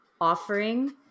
offering